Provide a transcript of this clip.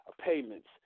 payments